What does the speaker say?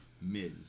Miz